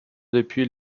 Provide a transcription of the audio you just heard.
depuis